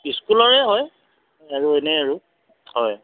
স্কুলৰে হয় আৰু এনেই আৰু হয়